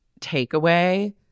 takeaway